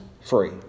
free